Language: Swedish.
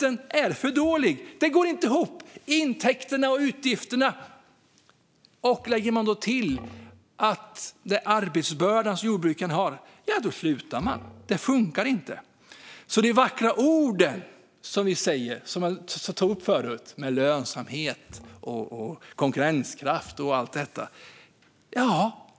Jo, därför att lönsamheten är för dålig. Intäkterna och utgifterna går inte ihop. Lägger man då till den arbetsbörda som jordbrukarna har så slutar man. Det fungerar inte. Det är vackra ord som vi säger, som jag tog upp förut. Det är lönsamhet, konkurrenskraft och allt detta.